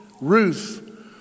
Ruth